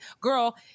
girl